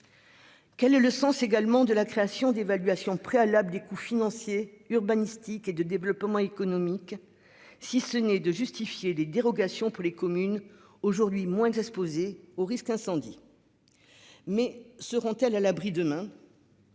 Quel est le sens également de la création d'évaluation préalable des coûts financiers urbanistique et de développement économiques. Si ce n'est de justifier les dérogations pour les communes aujourd'hui moins que ça se poser au risque incendie. Mais seront-elles à l'abri, demain.